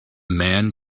man